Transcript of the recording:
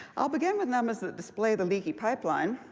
i'll begin with numbers that display the leaky pipeline.